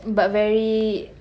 but very